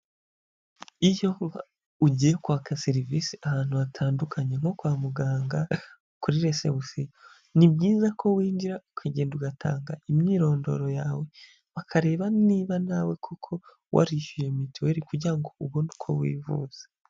Iyo ugiye kwaka serivisi ahantu hatandukanye nko kwa muganga kuri reception, ni byiza ko winjira ukagenda ugatanga imyirondoro yawe bakareba niba nawe koko warishyuye mituweli kugira ngo ubone uko wivuza.